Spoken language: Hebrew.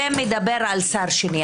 ומדבר על שר שני.